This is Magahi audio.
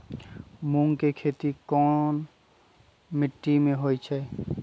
मूँग के खेती कौन मीटी मे होईछ?